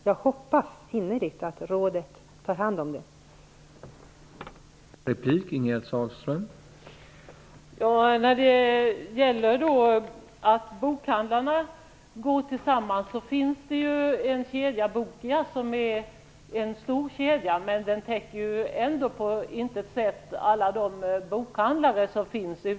Jag hoppas innerligt att rådet skall ta sig an den uppgiften.